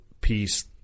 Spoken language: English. piece